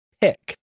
Pick